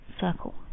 circle